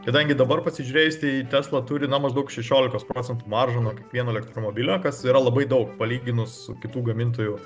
kadangi dabar pasižiūrėjus tai tesla turi na maždaug šešiolikos procentų maržą nuo kiekvieno elektromobilio kas yra labai daug palyginus su kitų gamintojų